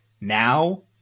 now